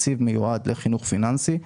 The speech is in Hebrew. תקציב מיועד לחינוך פיננסי,